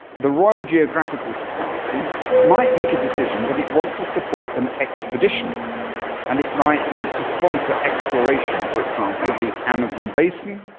the royal geographical society might make a decision that it wants to support an expedition and it might want to sponsor exploration, for example, of the amazon basin,